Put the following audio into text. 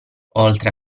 oltre